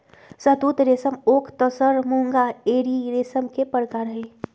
शहतुत रेशम ओक तसर मूंगा एरी रेशम के परकार हई